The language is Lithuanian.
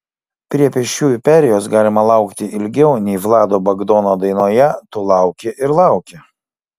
prie pėsčiųjų perėjos galima laukti ilgiau nei vlado bagdono dainoje tu lauki ir lauki